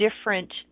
different